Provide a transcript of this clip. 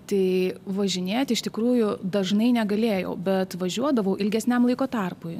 tai važinėt iš tikrųjų dažnai negalėjau bet važiuodavau ilgesniam laiko tarpui